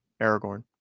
Aragorn